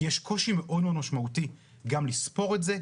כי יש קושי מאוד משמעותי גם לספור את זה,